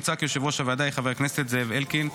מוצע כי יושב-ראש הוועדה יהיה חבר הכנסת זאב אלקין.